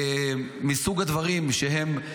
מסוג הדברים שהם,